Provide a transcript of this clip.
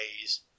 ways